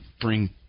bring